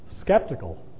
skeptical